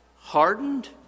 hardened